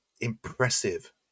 impressive